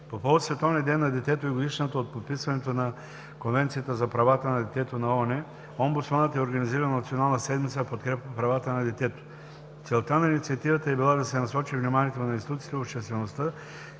По повод Световния ден на детето и годишнината от подписването на Конвенцията за правата на детето на ООН, омбудсманът е организирал Национална седмица в подкрепа правата на детето. Целта на инициативата е била да се насочи вниманието на институциите и обществеността